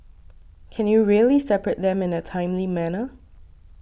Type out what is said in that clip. can you really separate them in a timely manner